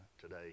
today